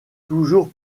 toujours